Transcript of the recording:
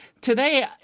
today